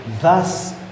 thus